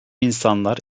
insanlar